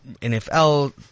NFL